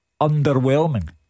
underwhelming